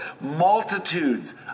multitudes